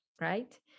right